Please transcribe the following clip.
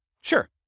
Sure